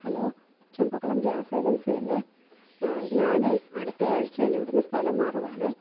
hello Champakkulam ഗ്യാസേജൻസിയല്ലെ ഞാനെ അടുത്ത ആഴ്ച്യിലിവിടുന്ന് സ്ഥലം മാറുവാണെ